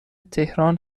تهران